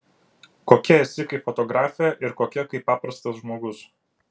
kokia esi kaip fotografė ir kokia kaip paprastas žmogus